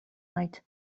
night